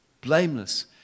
blameless